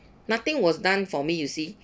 nothing was done for me you see